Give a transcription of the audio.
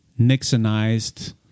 Nixonized